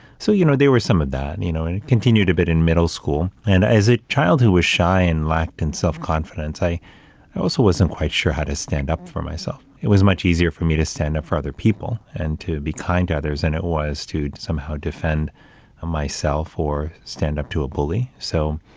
so, you know, they were some of that, you know, and it continued a bit in middle school, and as it child who was shy and lacked in self-confidence, i also wasn't quite sure how to stand up for myself. it was much easier for me to stand up for other people and to be kind to others than it was to somehow defend ah myself or stand up to a bully. so,